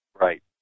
Right